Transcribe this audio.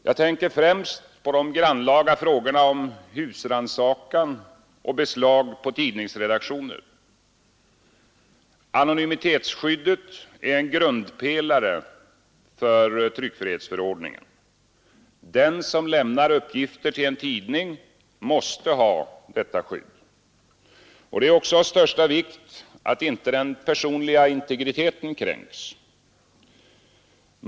Jag tänker främst på de grannlaga frågorna om husrannsakan och beslag på tidningsredaktioner. Anonymitetsskyddet är en grundpelate för tryckfrihetsförordningen. Den som lämnar uppgifter till en tidning måste ha detta skydd. Det är också av största vikt att inte den personliga integriteten kränks.